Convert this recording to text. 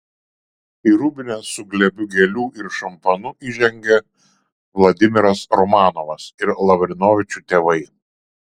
į rūbinę su glėbiu gėlių ir šampanu įžengė vladimiras romanovas ir lavrinovičių tėvai